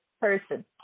person